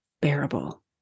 bearable